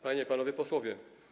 Panie i Panowie Posłowie!